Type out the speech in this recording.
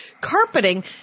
carpeting